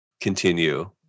continue